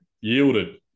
yielded